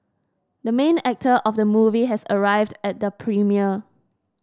the main actor of the movie has arrived at the premiere